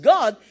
God